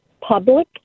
public